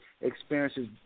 experiences